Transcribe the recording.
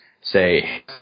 say